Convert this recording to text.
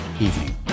evening